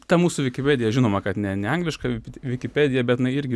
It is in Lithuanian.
ta mūsų vikipedija žinoma kad ne ne angliška vikipedija bet jinai irgi